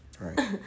Right